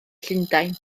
llundain